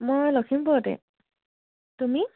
মই লখিমপুৰতে তুমি